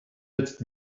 jetzt